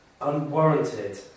unwarranted